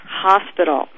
hospital